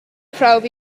prawf